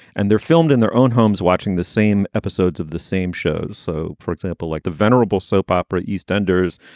and they're filmed in their own homes watching the same episodes of the same shows. so, for example, like the venerable soap opera eastenders,